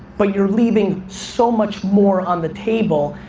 but you're leaving so much more on the table.